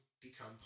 become